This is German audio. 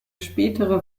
spätere